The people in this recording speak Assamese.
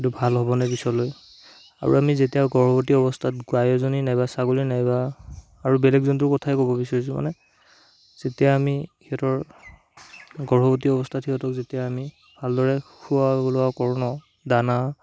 এইটো ভাল হ'বনে পিছলৈ আৰু আমি যেতিয়া গৰ্ভৱতী অৱস্থাত গাই এজনী নাইবা ছাগলী নাইবা আৰু বেলেগ জন্তুৰ কথাই ক'ব বিচাৰিছোঁ মানে যেতিয়া আমি সিহঁতৰ গৰ্ভৱতী অৱস্থাত সিহঁতক যেতিয়া আমি ভালদৰে খোৱা লোৱা কৰোঁ ন দানা